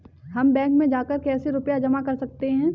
हम बैंक में जाकर कैसे रुपया जमा कर सकते हैं?